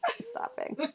Stopping